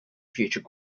future